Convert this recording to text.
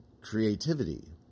creativity